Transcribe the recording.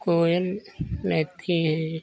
कोयल रहती है